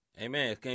Amen